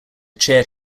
chair